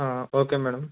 okay madam